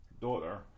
Daughter